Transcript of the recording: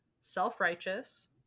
self-righteous